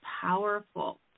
powerful